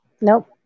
nope